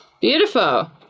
Beautiful